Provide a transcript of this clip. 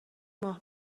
ماه